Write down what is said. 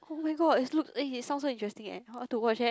oh-my-god it's look it is sound so interesting leh I want to watch leh